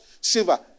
silver